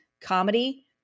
comedy